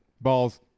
Balls